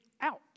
out